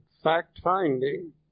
fact-finding